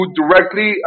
directly